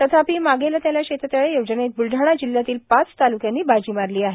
तथापि मागेल त्याला शेततळे योजनेत ब्लडाणा जिल्ह्यातील पाच ताल्क्यांनी बाजी मारली आहे